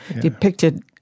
depicted